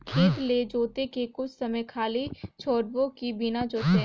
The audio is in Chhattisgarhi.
खेत ल जोत के कुछ समय खाली छोड़बो कि बिना जोते?